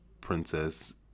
princess